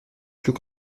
plus